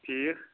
ٹھیٖک